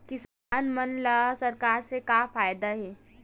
किसान मन ला सरकार से का फ़ायदा हे?